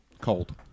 Cold